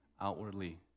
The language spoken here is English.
outwardly